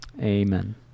Amen